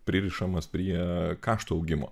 pririšamas prie kaštų augimo